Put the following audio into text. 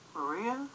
Maria